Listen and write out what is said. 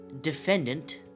defendant